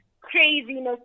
craziness